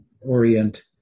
orient